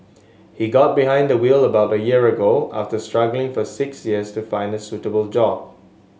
he got behind the wheel about a year ago after struggling for six years to find a suitable job